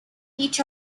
each